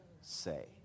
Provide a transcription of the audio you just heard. say